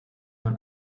man